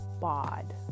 BOD